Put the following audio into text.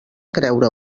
creure